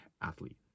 athlete